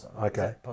okay